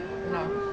no